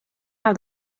how